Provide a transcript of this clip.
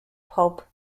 pulp